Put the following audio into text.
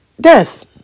death